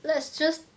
let's just